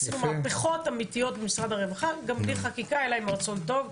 עשינו מהפכות אמיתיות במשרד הרווחה גם בלי חקיקה אלא עם רצון טוב,